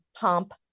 pump